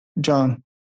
John